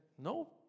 no